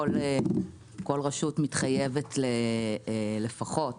כל רשות מתחייבת לפחות